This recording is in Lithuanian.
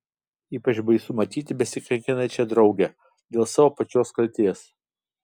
ypač baisu matyti besikankinančią draugę dėl savo pačios kaltės